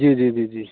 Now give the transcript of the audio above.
जी जी जी जी